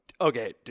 Okay